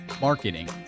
marketing